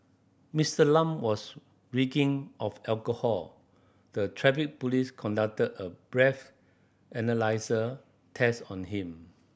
Mister Lam was reeking of alcohol the Traffic Police conducted a breath analyser test on him